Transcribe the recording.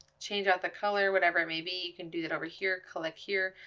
change out the color, whatever it may be, you can do that over here click here,